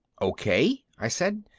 okay, i said,